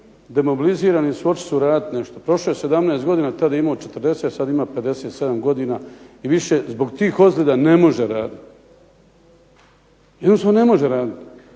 Demobilizirani su, otišli su raditi nešto. Prošlo je 17 godina. Tada je imao 40, sada ima 57 godina i više. Zbog tih ozljeda ne može raditi, jednostavno ne može raditi,